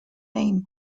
name